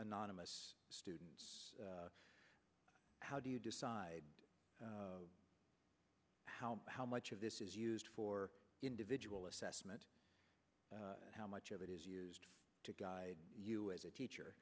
anonymous student how do you decide how how much of this is used for individual assessment how much of it is used to guide you as a teacher